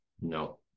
No